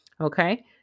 Okay